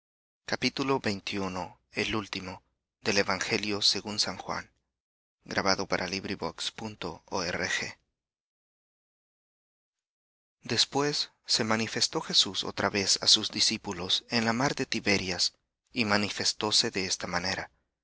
después se manifestó jesús otra vez á sus discípulos en la mar de tiberias y manifestóse de esta manera